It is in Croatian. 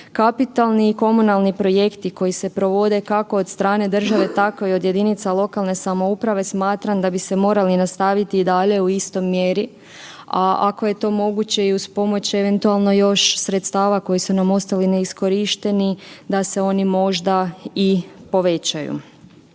Kapitalni i komunalni projekti koji se provede kako od strane države tako i od jedinica lokalne samouprave smatram da bi se morali nastaviti i dalje u istoj mjeri, a ako je to moguće i uz pomoć eventualno još sredstava koji su nam ostali neiskorišteni da se oni možda i povećaju.